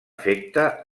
efecte